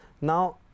Now